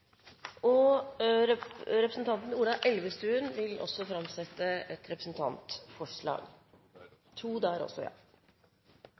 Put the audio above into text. om yrkesbakgrunnen. Representanten Ola Elvestuen vil også framsette to representantforslag. Jeg